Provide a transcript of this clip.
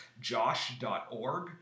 josh.org